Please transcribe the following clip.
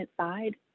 side